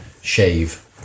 shave